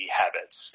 habits